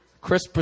Chris